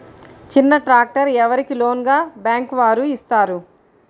చిన్న ట్రాక్టర్ ఎవరికి లోన్గా బ్యాంక్ వారు ఇస్తారు?